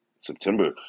September